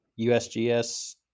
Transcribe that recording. usgs